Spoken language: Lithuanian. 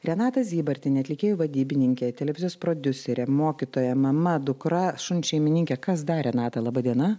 renata zybartienė atlikėjų vadybininkė televizijos prodiuserė mokytoja mama dukra šuns šeimininkė kas dar renata laba diena